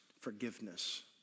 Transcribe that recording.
forgiveness